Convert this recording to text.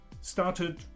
started